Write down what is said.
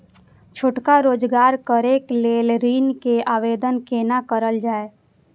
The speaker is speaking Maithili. छोटका रोजगार करैक लेल ऋण के आवेदन केना करल जाय?